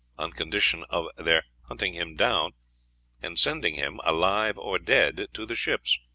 on condition of their hunting him down and sending him alive or dead to the ships.